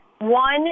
One